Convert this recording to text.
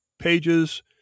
pages